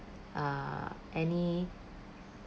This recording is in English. uh any